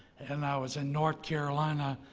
and i was in north carolina